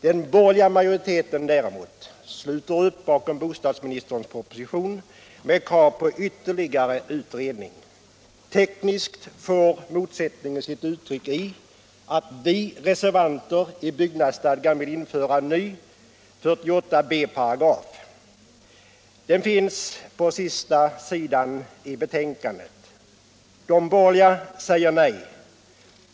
Den borgerliga majoriteten sluter däremot upp bakom bostadsministerns proposition med krav på ytterligare utredning. Tekniskt får motsättningen sitt uttryck i att vi reservanter i byggnadsstadgan vill införa en ny 48b §. Den finns på sista sidan i betänkandet. De borgerliga säger nej.